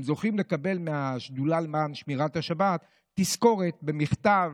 הם זוכים לקבל מהשדולה למען שמירת השבת תזכורת במכתב,